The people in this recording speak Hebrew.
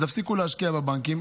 אז יפסיקו להשקיע בבנקים.